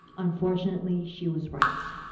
unfortunately she was right.